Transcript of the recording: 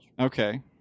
Okay